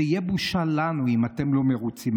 זו תהיה בושה לנו אם אתם לא מרוצים.